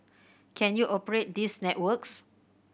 can you operate these networks